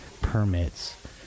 permits